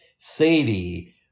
Sadie